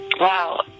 Wow